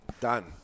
Done